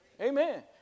Amen